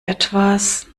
etwas